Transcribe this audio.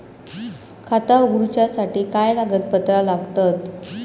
खाता उगडूच्यासाठी काय कागदपत्रा लागतत?